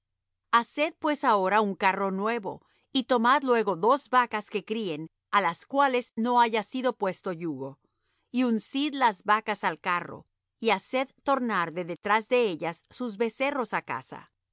haced pues ahora un carro nuevo y tomad luego dos vacas que críen á las cuales no haya sido puesto yugo y uncid las vacas al carro y haced tornar de detrás de ellas sus becerros á casa